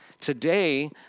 Today